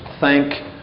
thank